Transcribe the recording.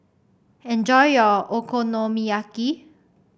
enjoy your Okonomiyaki